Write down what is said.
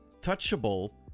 touchable